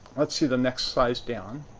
let's see the next size down.